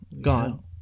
Gone